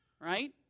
Right